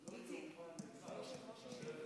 ישתבח שמו.